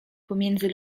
pomiędzy